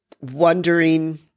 wondering